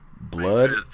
Blood